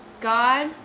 God